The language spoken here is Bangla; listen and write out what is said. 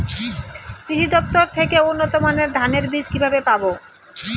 কৃষি দফতর থেকে উন্নত মানের ধানের বীজ কিভাবে পাব?